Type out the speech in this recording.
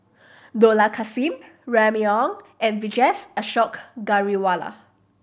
Dollah Kassim Remy Ong and Vijesh Ashok Ghariwala